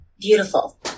beautiful